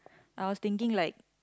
I was thinking like